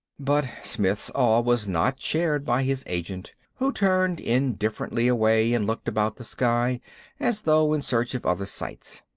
but smith's awe was not shared by his agent, who turned indifferently away and looked about the sky as though in search of other sights.